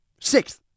Sixth